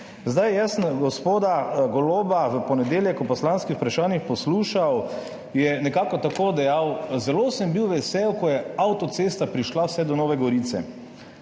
Jaz sem gospoda Goloba v ponedeljek ob poslanskih vprašanjih poslušal, je nekako tako dejal: »Zelo sem bil vesel, ko je avtocesta prišla vse do Nove Gorice.«